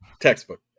textbook